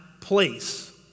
place